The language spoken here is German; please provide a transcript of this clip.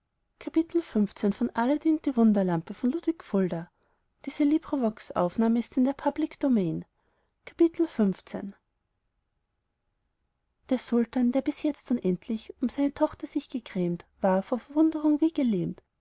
trug der sultan der bis jetzt unendlich um seine tochter sich gegrämt war vor verwundrung wie gelähmt